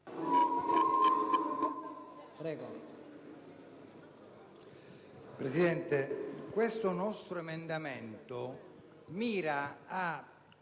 Presidente, questo nostro emendamento mira a